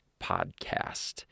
Podcast